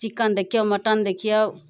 chicken देखियौ mutton देखियौ